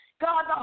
God